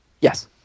Yes